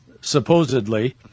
supposedly